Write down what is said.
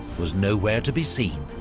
was nowhere to be seen.